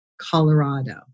Colorado